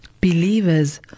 believers